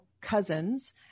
cousins